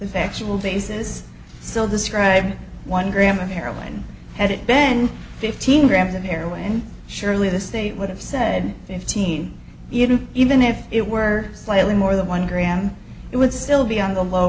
factual basis so the scribe one gram of heroin had it ben fifteen grams of heroin surely the state would have said fifteen even even if it were slightly more than one gram it would still be on the low